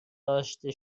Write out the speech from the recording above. داشته